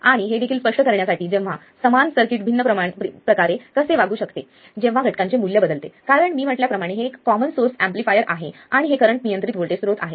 आणि हे देखील स्पष्ट करण्यासाठी जेव्हा समान सर्किट भिन्न प्रकारे कसे वागू शकते जेव्हा घटकांचे मूल्य बदलते कारण मी म्हटल्याप्रमाणे हे एक कॉमन सोर्स एम्पलीफायर आहे आणि हे करंट नियंत्रित व्होल्टेज स्त्रोत आहे